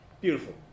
beautiful